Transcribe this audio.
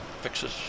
fixes